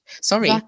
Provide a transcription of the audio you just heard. Sorry